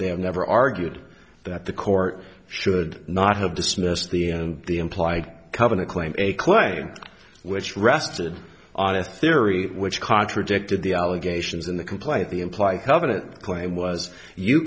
have never argued that the court should not have dismissed the and the implied covenant claim a claim which rested on a theory which contradicted the allegations in the complaint the implied covenant claim was you